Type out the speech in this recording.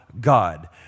God